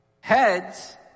Heads